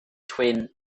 twin